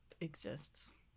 exists